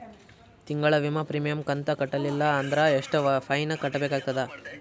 ತಿಂಗಳ ವಿಮಾ ಪ್ರೀಮಿಯಂ ಕಂತ ಕಟ್ಟಲಿಲ್ಲ ಅಂದ್ರ ಎಷ್ಟ ಫೈನ ಕಟ್ಟಬೇಕಾಗತದ?